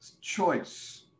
Choice